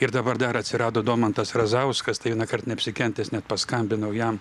ir dabar dar atsirado domantas razauskas tai vienąkart neapsikentęs net paskambinau jam